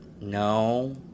no